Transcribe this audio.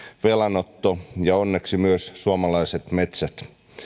velanotto ja onneksi myös suomalaiset metsät